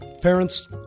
Parents